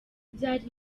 byari